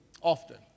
Often